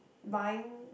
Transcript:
buying